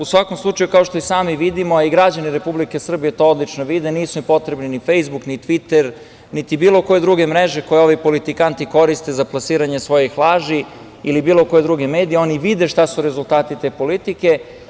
U svakom slučaju, kao što i sami vidimo, a i građani Republike Srbije to odlično vide, nisu im potrebni ni Fejsbuk, ni Tviter, niti bilo koje druge mreže koje ovi politikanti koriste za plasiranje svojih laži ili bilo koji drugi mediji, oni vide šta su rezultati te politike.